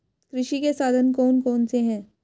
कृषि के साधन कौन कौन से हैं?